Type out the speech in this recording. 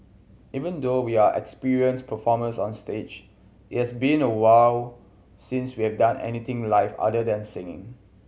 even though we are experienced performers on stage it's been a while since we have done anything live other than singing